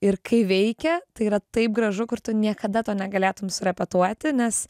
ir kai veikia tai yra taip gražu kur tu niekada to negalėtum surepetuoti nes